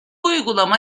uygulama